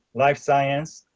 life science,